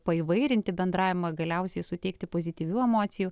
paįvairinti bendravimą galiausiai suteikti pozityvių emocijų